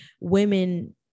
women